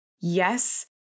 Yes